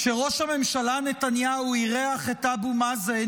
כשראש הממשלה נתניהו אירח את אבו מאזן